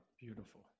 beautiful